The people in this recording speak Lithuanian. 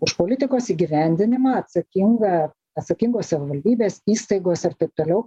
už politikos įgyvendinimą atsakinga atsakingos savivaldybės įstaigos ir taip toliau